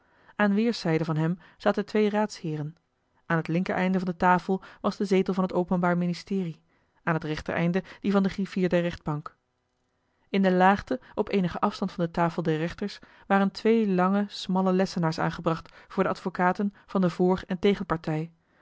aan weerszijden van hem zaten twee raadsheeren aan het linker einde van de tafel was de zetel van het openbaar ministerie aan het rechter einde die van den griffier der rechtbank in de laagte op eenigen afstand van de tafel der rechters waren twee lange smalle lessenaars aangebracht voor de advocaten van de vr en tegenpartij